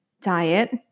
diet